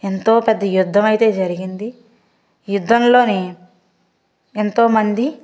ఎంతో పెద్ద యుద్ధమైతే జరిగింది యుద్ధంలోని ఎంతో మంది